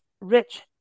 rich